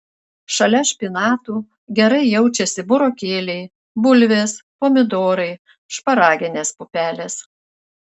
šalia špinatų gerai jaučiasi burokėliai bulvės pomidorai šparaginės pupelės